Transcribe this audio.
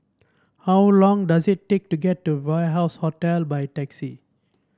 how long does it take to get to Warehouse Hotel by taxi